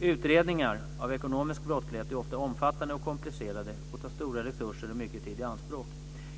Utredningar av ekonomisk brottslighet är ofta omfattande och komplicerade och tar stora resurser och mycket tid i anspråk.